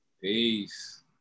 Peace